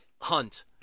hunt